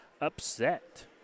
upset